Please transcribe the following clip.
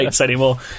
anymore